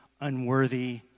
unworthy